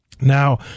Now